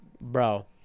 Bro